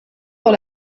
dans